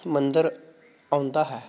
ਮੰਦਰ ਆਉਂਦਾ ਹੈ